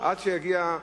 אדוני היושב-ראש,